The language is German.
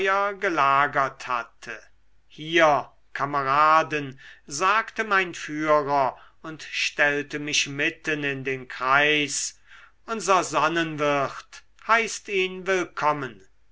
gelagert hatte hier kameraden sagte mein führer und stellte mich mitten in den kreis unser sonnenwirt heißt ihn willkommen